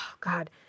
God